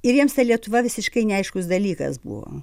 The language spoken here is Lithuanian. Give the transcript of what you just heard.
ir jiems ta lietuva visiškai neaiškus dalykas buvo